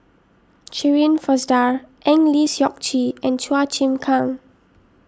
Shirin Fozdar Eng Lee Seok Chee and Chua Chim Kang